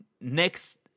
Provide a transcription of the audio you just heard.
next